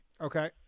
okay